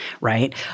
right